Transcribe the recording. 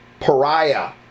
pariah